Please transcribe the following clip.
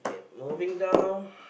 moving down